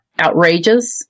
outrageous